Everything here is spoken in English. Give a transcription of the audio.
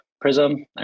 Prism